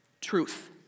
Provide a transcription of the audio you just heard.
truth